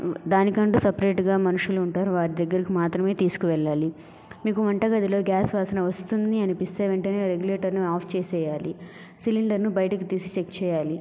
దానికంటూ సపరేట్ గా మనుషులుంటారు వారి దగ్గరకు మాత్రమే తీసుకువెళ్ళాలి మీకు వంట గదిలో గ్యాస్ వాసన వస్తుంది అనిపిస్తే వెంటనే రేగులేటర్ ని ఆఫ్ చేసేయాలి సిలిండర్ ను బయటకు తీసి చెక్ చేయాలి